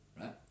right